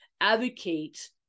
advocate